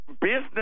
business